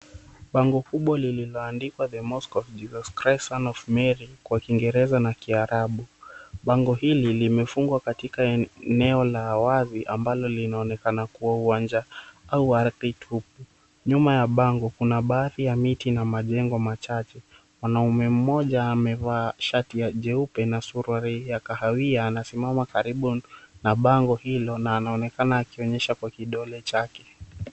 Bango kubwa lililoandikwa the Mosque of Jesus Christ, Son of Mary, kwa kiingereza na Kiarabu, bango hili limefungua katika eneo la wazi ambalo linaonekana kuwa uwanja au wa ardhi tupu, nyuma ya bango kuna baadhi ya mti na majengo machache. Mwanaume mmoja amevaa shati jeupe na suruali ya kahawia anasimama karibu na bango hilo na anaonekana akionyesha kwa kidole chake.